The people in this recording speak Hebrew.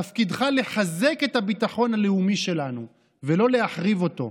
תפקידך לחזק את הביטחון הלאומי שלנו ולא להחריב אותו.